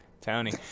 Tony